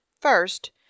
First